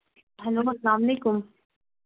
hello اسلام علیکُم